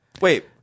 Wait